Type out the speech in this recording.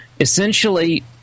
Essentially